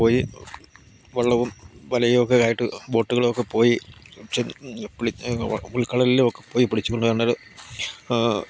പോയി വള്ളവും വലയുമൊക്കെ ആയിട്ട് ബോട്ടുകളൊക്കെ പോയി ഉൾക്കടലിലൊക്കെ പോയി പിടിച്ചുകൊണ്ടു വരേണ്ട ഒരു